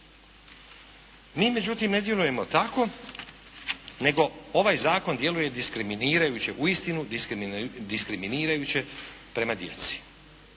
Mi međutim ne djelujemo tako nego ovaj zakon djeluje diskriminirajuće, uistinu diskriminirajuće prema djeci.